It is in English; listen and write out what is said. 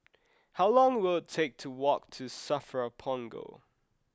how long will it take to walk to Safra Punggol